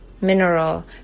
mineral